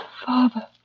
Father